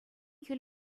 хӗл